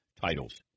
titles